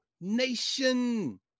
nation